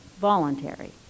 voluntary